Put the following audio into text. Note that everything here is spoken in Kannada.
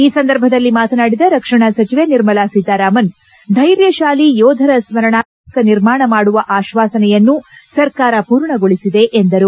ಈ ಸಂದರ್ಭದಲ್ಲಿ ಮಾತನಾಡಿದ ರಕ್ಷಣಾ ಸಚಿವೆ ನಿರ್ಮಲಾ ಸೀತಾರಾಮನ್ ಧ್ಲೆಯತಾಲಿ ಯೋಧರ ಸ್ನರಣಾರ್ಥ ಸ್ನಾರಕ ನಿರ್ಮಾಣ ಮಾಡುವ ಆಶ್ವಾಸನೆಯನ್ನು ಸರ್ಕಾರ ಪೂರ್ಣಗೊಳಿಸಿದೆ ಎಂದರು